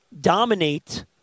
dominate